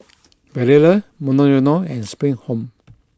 Barilla Monoyono and Spring Home